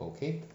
okay